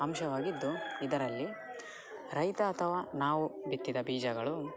ಅಂಶವಾಗಿದ್ದು ಇದರಲ್ಲಿ ರೈತ ಅಥವಾ ನಾವು ಬಿತ್ತಿದ ಬೀಜಗಳು